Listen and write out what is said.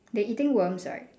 they eating worms right